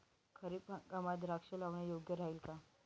खरीप हंगामात द्राक्षे लावणे योग्य राहिल का?